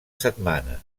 setmana